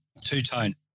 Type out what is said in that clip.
two-tone